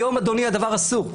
היום, אדוני, הדבר אסור.